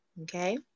okay